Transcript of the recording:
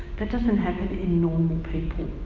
that doesn't happen in normal people.